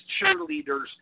cheerleaders